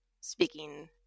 speaking